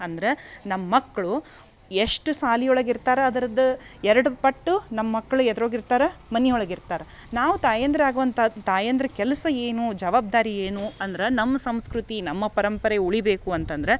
ಅಂದ್ರ ನಮ್ಮಕ್ಕಳು ಎಷ್ಟು ಸಾಲಿ ಒಳಗೆ ಇರ್ತಾರ ಅದ್ರದ್ದು ಎರಡು ಪಟ್ಟು ನಮ್ಮಕ್ಳು ಹೆದ್ರೋಗಿರ್ತರ ಮನಿಯೊಳಗಿರ್ತರೆ ನಾವು ತಾಯಂದ್ರಾಗ್ವಂತ ತಾಯಂದ್ರ ಕೆಲಸ ಏನು ಜವಬ್ದಾರಿ ಏನು ಅಂದ್ರ ನಮ್ಮ ಸಂಸ್ಕೃತಿ ನಮ್ಮ ಪರಂಪರೆ ಉಳಿಯಬೇಕು ಅಂತಂದ್ರ